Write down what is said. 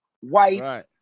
white